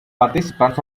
participants